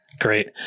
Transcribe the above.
Great